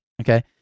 okay